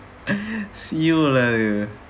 [siol] ah